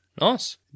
Nice